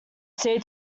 say